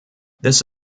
this